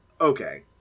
okay